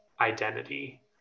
identity